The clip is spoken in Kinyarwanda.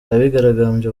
abigaragambya